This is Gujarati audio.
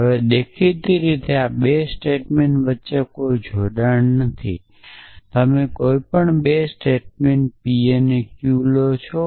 હવે દેખીતી રીતે આ 2 સ્ટેટમેન્ટ્સ વચ્ચે કોઈ જોડાણ નથી તમે કોઈપણ 2 સ્ટેટમેન્ટ p અને q લો છો